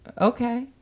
Okay